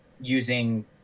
using